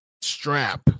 strap